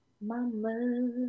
Mama